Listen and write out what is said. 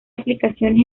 aplicaciones